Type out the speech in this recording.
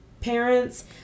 parents